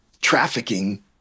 trafficking